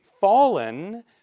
fallen